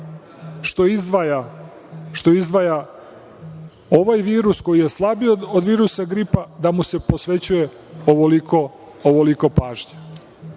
što izdvaja ovaj virus koji je slabiji od virusa gripa, da mu se posvećuje ovoliko pažnje? Znači,